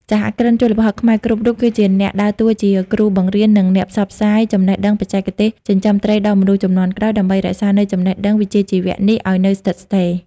សហគ្រិនជលផលខ្មែរគ្រប់រូបគឺជាអ្នកដើរតួជាគ្រូបង្រៀន និងជាអ្នកផ្សព្វផ្សាយចំណេះដឹងបច្ចេកទេសចិញ្ចឹមត្រីដល់មនុស្សជំនាន់ក្រោយ ដើម្បីរក្សានូវចំណេះដឹងវិជ្ជាជីវៈនេះឱ្យស្ថិតស្ថេរ។